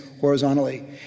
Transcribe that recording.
horizontally